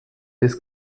des